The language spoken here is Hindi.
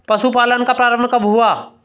पशुपालन का प्रारंभ कब हुआ?